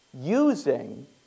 using